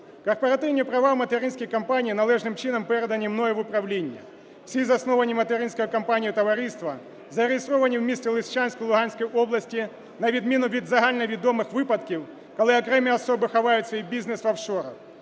Корпоративні права материнських компаній належним чином передані мною в управління. Всі засновані материнською компанією товариства зареєстровані у місті Лисичанську Луганської області на відміну від загальновідомих випадків, коли окремі особи ховають свій бізнес в офшорах.